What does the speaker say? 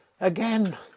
again